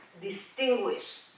distinguish